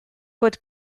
bod